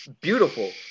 beautiful